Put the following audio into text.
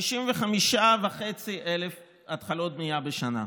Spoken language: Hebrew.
55,500 התחלות בנייה בשנה,